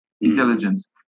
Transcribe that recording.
intelligence